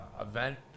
event